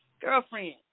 Girlfriend